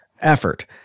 effort